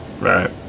Right